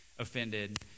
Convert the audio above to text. offended